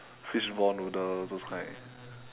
fishball noodle those kind